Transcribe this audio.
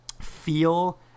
feel